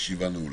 הישיבה נעולה.